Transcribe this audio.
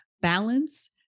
balance